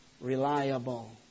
reliable